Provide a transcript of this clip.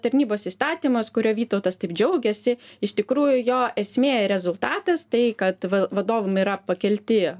tarnybos įstatymas kuriuo vytautas taip džiaugiasi iš tikrųjų jo esmė ir rezultatas tai kad va vadovam yra pakelti